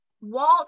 Walt